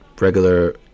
regular